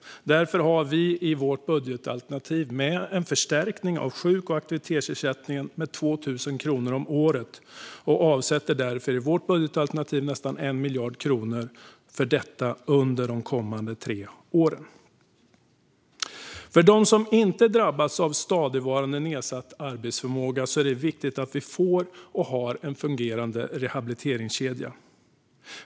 Därför har vi i vårt budgetalternativ med en förstärkning av sjuk och aktivitetsersättningen med 2 000 kronor om året och avsätter därför i vårt budgetalternativ nästan 1 miljard kronor för detta under de kommande tre åren. För dem som inte drabbas av stadigvarande nedsatt arbetsförmåga är det viktigt att vi har en fungerande rehabiliteringskedja.